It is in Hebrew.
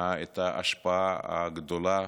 את ההשפעה הגדולה